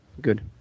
good